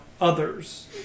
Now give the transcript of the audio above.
others